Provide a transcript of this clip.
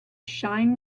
shine